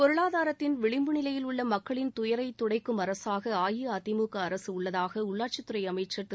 பொருளாதாரத்தின் விளிம்பு நிலையில் உள்ள மக்களின் துயரை துடைக்கும் அரசாக அஇஅதிமுக அரசு உள்ளதாக உள்ளாட்சித் துறை அமைச்சர் திரு